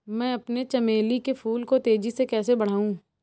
मैं अपने चमेली के फूल को तेजी से कैसे बढाऊं?